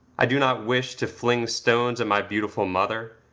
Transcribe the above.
i do not wish to fling stones at my beautiful mother,